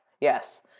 Yes